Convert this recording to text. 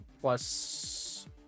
Plus